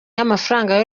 y’amafaranga